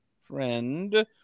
friend